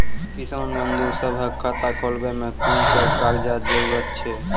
किसान बंधु सभहक खाता खोलाबै मे कून सभ कागजक जरूरत छै?